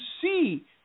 see